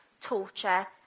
torture